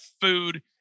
food